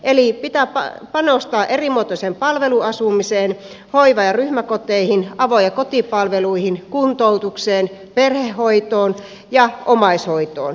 eli pitää panostaa erimuotoiseen palveluasumiseen hoiva ja ryhmäkoteihin avo ja kotipalveluihin kuntoutukseen perhehoitoon ja omaishoitoon